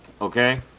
okay